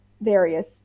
various